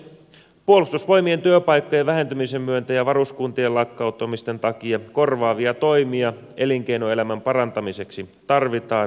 puolustusvoimien työpaikkojen vähentymisen myötä ja varuskuntien lakkauttamisten takia korvaavia toimia elinkeinoelämän parantamiseksi tarvitaan